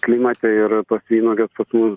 klimate ir tos vynuogės pas mus